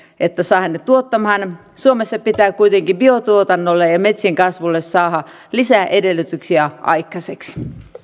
että saadaan ne tuottamaan suomessa pitää kuitenkin biotuotannolle ja ja metsien kasvulle saada lisäedellytyksiä aikaiseksi